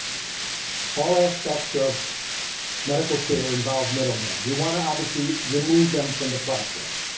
all aspects of medical care involve middlemen. we want to obviously remove them from the process.